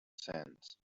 sands